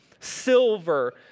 silver